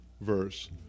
verse